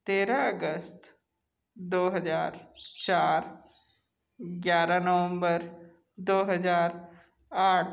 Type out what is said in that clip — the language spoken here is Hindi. तेरह अगस्त दो हाज़र चार ग्यारह नवंम्बर दो हजार आठ